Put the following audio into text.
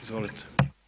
Izvolite.